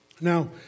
Now